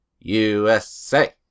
USA